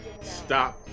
Stop